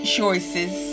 choices